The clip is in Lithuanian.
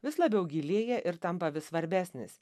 vis labiau gilėja ir tampa vis svarbesnis